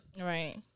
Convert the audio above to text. Right